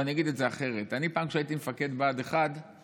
או אני אגיד את זה אחרת: פעם כשהייתי מפקד בה"ד 1 הרחקתי